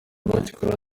babikora